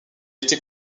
été